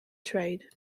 trade